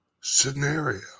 scenario